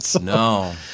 No